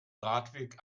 radweg